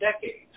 decades